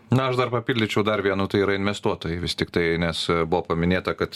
na aš dar papildyčiau dar vienu tai yra investuotojai vis tiktai nes buvo paminėta kad